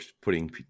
putting